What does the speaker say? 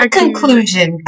conclusion